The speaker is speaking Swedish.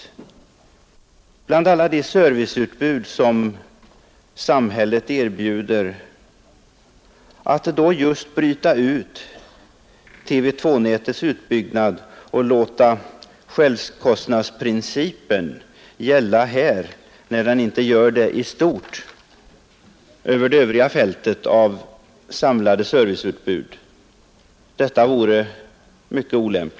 Det vore med andra ord mycket olämpligt att bland alla samhällets serviceutbud bryta ut TV 2-nätets utbyggnad och låta självkostnadsprincipen gälla där, när den inte gäller över hela fältet och för samhällets samlade serviceutbud.